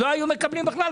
לא היו מקבלים בכלל,